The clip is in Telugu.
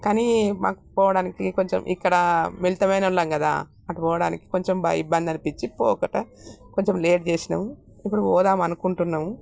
కానీ మాకు పోవడానికి కొంచెం ఇక్కడ మిలితం అయినవాళ్ళం కదా అటుపోవడానికి కొంచెం బాగా ఇబ్బంది అనిపించి పోకట కొంచెం లేట్ చేశాము ఇప్పుడు పోదాము అనుకుంటున్నాము